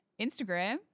Instagram